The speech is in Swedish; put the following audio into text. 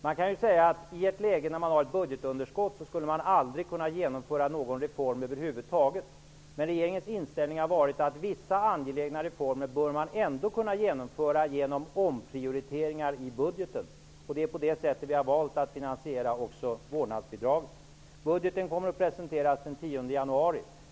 Man kan ju säga att man när man har ett budgetunderskott aldrig skulle kunna genomföra någon reform över huvud taget, men regeringens inställning har varit att vissa angelägna reformer ändå bör kunna genomföras genom omprioriteringar i budgeten. Det är på det sättet vi har valt att finansiera också vårdnadsbidraget. Budgeten kommer att presenteras den 10 januari.